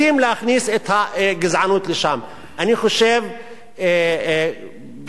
אני חושב שבכנסת, לפחות, צריך להיות